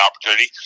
opportunity